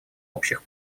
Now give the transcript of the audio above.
общих